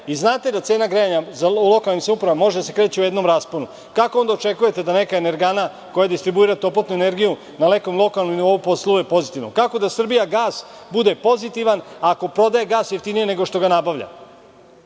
i znate da cena grejanja u lokalnim samoupravama može da se kreće u jednom rasponu, kako onda očekujete da neka energana, koja distribuira toplotnu energiju na nekom lokalnom nivou posluje pozitivno? Kako da "Srbijagas" bude pozitivan, ako prodaje gas jeftinije nego što ga nabavlja?